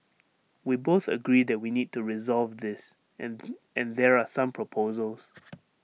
we both agree that we need to resolve this and there are some proposals